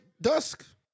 Dusk